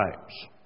times